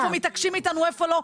איפה מתעקשים איתנו ואיפה לא,